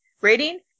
Rating